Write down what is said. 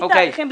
בלי תאריכים,